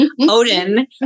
Odin